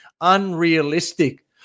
unrealistic